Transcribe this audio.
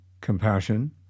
compassion